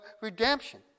redemption